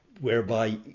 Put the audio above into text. whereby